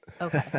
okay